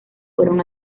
fueron